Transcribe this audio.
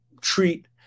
treat